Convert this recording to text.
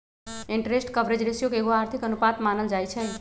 interest coverage ratio के एगो आर्थिक अनुपात मानल जाइ छइ